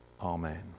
Amen